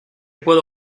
puedo